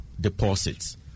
deposits